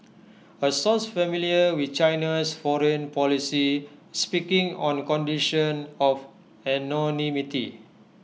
A source familiar with China's foreign policy speaking on condition of anonymity